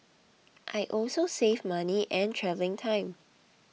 I also save money and travelling time